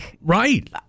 Right